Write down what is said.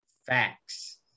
Facts